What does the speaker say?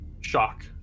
shock